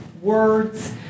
words